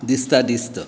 दिस्ता दिस्त